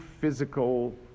physical